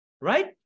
Right